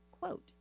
quote